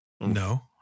No